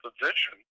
position